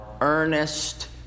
earnest